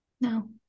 No